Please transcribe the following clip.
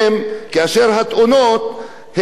עובדי הבניין הם אומנם 5%,